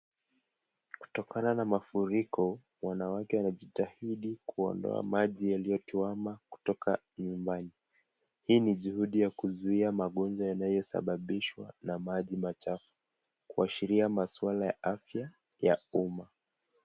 Kutokana na mafuriko, wanawake wanajitahidi kuondoa maji yaliyotuwama kutoka nyumbani. Hii ni juhudi ya kuzuia magonjwa yanayosababishwa na maji machafu kuashiria maswala ya afya ya umma.